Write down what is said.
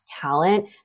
talent